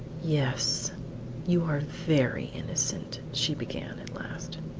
yes you are very innocent! she began at last,